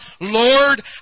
Lord